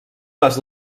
les